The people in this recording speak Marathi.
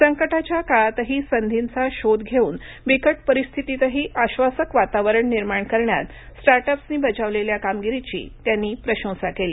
संकटाच्या काळातही संधींचा शोध घेऊन बिकट परिस्थितीतही आब्बासक वातावरण निर्माण करण्यात स्टार्टअप्सनी बजावलेल्या कामगिरीची त्यांनी प्रशंसा केली